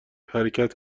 حرکت